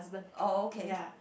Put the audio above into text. oh okay